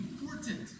important